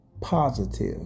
positive